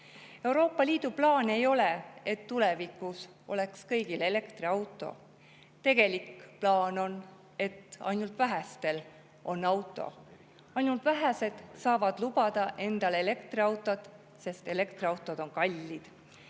Euroopa Liidu plaan ei ole see, et tulevikus oleks kõigil elektriauto. Tegelik plaan on, et ainult vähestel on auto. Ainult vähesed saavad lubada endale elektriautot, sest elektriautod on kallid.